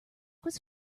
was